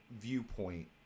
viewpoint